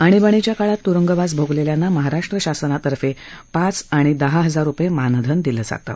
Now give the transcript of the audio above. आणीबाणीच्या काळात तुरूंगवास भोगलेल्यांना महाराष्ट्र शासनातर्फे पाच आणि दहा हजार रुपये मानधन दिलं जातं